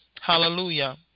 Hallelujah